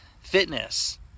Fitness